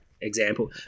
example